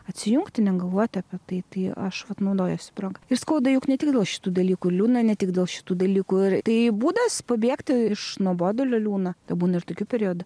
atsijungti negalvoti apie tai tai aš vat naudojuosi proga ir skauda juk ne tik dėl šitų dalykų liūdna ne tik dėl šitų dalykų ir tai būdas pabėgti iš nuobodulio liūno na būna ir tokių periodų